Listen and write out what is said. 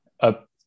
up